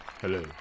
Hello